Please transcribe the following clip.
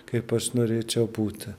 kaip aš norėčiau būti